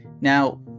Now